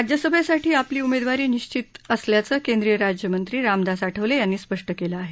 राज्यसभेसाठी आपली उमेदवारी निश्चित असल्याचं केंद्रीय राज्यमंत्री रामदास आठवले यांनी स्पष्ट केलं आहे